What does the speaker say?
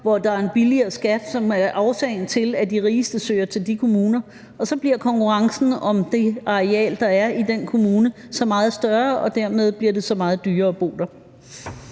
hvor der er en lavere skat, som er årsagen til, at de rigeste søger til de kommuner. Og så bliver konkurrencen om det areal, der er i den kommune, så meget større, og dermed bliver det så meget dyrere at bo der.